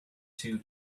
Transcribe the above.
two